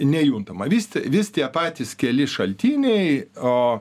nejuntama vis vis tie patys keli šaltiniai o